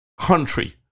country